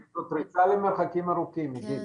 זאת ריצה למרחקים ארוכים, עידית.